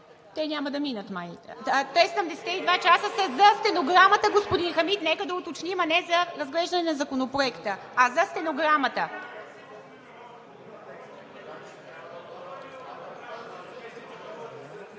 Те няма да минат май. Тези 72 часа са за стенограмата, господин Хамид, нека да уточним, а не за разглеждане на Законопроекта – а за стенограмата.